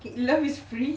okay love is free